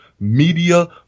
Media